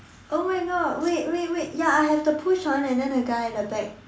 oh my god wait wait wait ya I have to push one and then the guy at the back